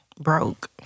Broke